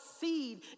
seed